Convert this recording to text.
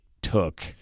took